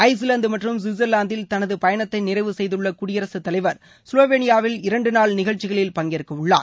Iceland மற்றும் கவிட்சர்லாந்தில் தனது பயணத்தை நிறைவு செய்துள்ள குடியரசுத் தலைவர் ஸ்லோவேனியாவில் இரண்டு நாள் நிகழ்ச்சிகளில் பங்கேற்கவுள்ளார்